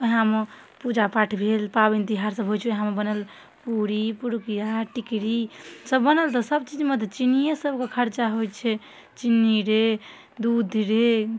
वएहमे पूजापाठ भेल पाबनि तिहारसब होइ छै ओहोमे बनल पूड़ी पिरुकिआ टिकरीसब बनल तऽ सबचीजमे तऽ चिन्निएसबके खरचा होइ छै चिन्नी रे दूध रे